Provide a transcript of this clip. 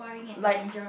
like